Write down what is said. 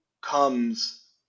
comes